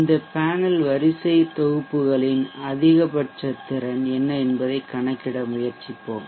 இந்த பேனல் வரிசை தொகுப்புகளின் அதிகபட்ச திறன் என்ன என்பதைக் கணக்கிட முயற்சிப்போம்